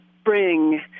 spring